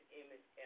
image